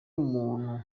muntu